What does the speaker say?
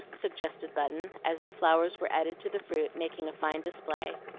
suggested button, as the flowers were added to the fruit, making a fine display.